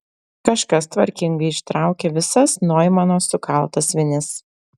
kažkas tvarkingai ištraukė visas noimano sukaltas vinis